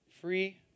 free